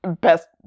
best